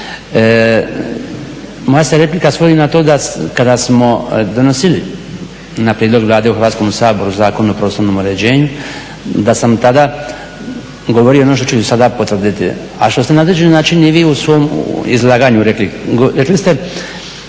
Moja se replika svodi na to kada smo donosili na prijedlog Vlade u Hrvatskom saboru Zakon o prostornom uređenju, da sam tada govorio ono što ću i sada potvrditi, a što ste na određeni način i vi u svom izlaganju rekli.